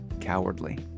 cowardly